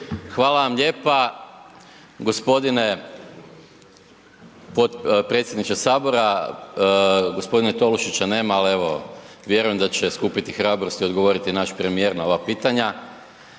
Hvala vam lijepa gospodine predsjedniče Sabora. Gospodina Tolušića nema, ali evo vjerujem da će skupiti hrabrosti i odgovoriti naš premijer na ova pitanja